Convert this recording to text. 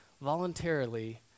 voluntarily